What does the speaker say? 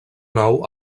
nou